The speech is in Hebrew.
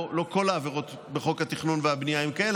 לא כל העבירות בחוק התכנון והבנייה הן כאלה,